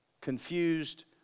confused